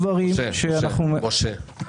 משה,